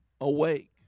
awake